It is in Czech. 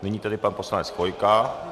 Nyní tedy pan poslanec Chvojka.